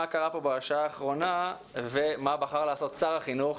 קרה פה בשעה האחרונה ומה בחר לעשות שר החינוך.